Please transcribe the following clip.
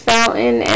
Fountain